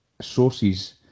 sources